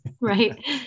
right